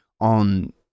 on